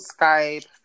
Skype